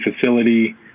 facility